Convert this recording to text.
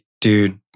dude